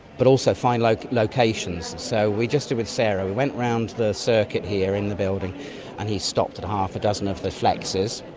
but also find like locations. so what we just did with sarah, we went around the circuit here in the building and he stopped at half a dozen of the flexes.